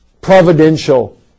providential